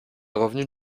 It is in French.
revenus